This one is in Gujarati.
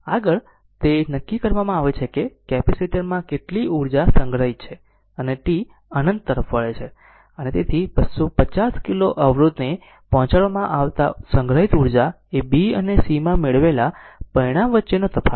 આગળ તે નક્કી કરવામાં આવે છે કે કેપેસિટર માં કેટલી ઉર્જા સંગ્રહિત છે અને t અનંત તરફ વળે છે અને તેથી 250 કિલો અવરોધને પહોંચાડવામાં આવતા સંગ્રહિત ઉર્જા એ b અને c માં મેળવેલા પરિણામ વચ્ચેનો તફાવત છે